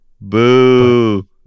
Boo